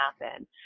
happen